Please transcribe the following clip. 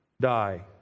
die